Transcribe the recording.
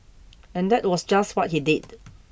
and that was just what he did